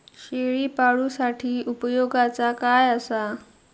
शेळीपाळूसाठी उपयोगाचा काय असा?